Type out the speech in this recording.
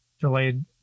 delayed